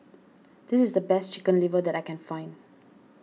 this is the best Chicken Liver that I can find